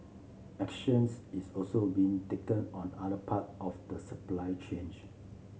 actions is also being taken on other part of the supply change